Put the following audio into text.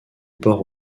port